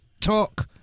talk